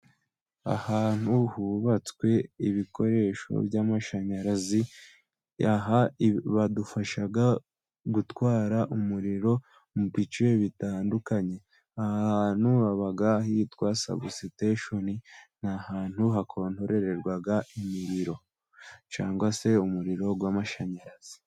Ahantu hubatswe ibikoresho by'amashanyarazi， bidufasha gutwara umuriro mu bice bitandukanye， aha hantu haba hitwa sabusitesheni. Ni ahantu hakontororerwaga imiriro cyangwa se umuriro w'amashanyarazi.